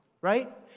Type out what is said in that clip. Right